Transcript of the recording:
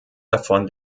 davon